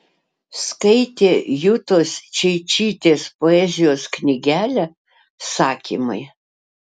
skaitė jutos čeičytės poezijos knygelę sakymai